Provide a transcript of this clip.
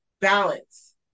balance